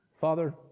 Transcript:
Father